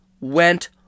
went